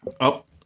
up